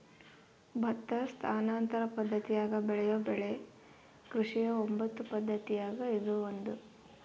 ಭತ್ತ ಸ್ಥಾನಾಂತರ ಪದ್ದತಿಯಾಗ ಬೆಳೆಯೋ ಬೆಳೆ ಕೃಷಿಯ ಒಂಬತ್ತು ಪದ್ದತಿಯಾಗ ಇದು ಒಂದು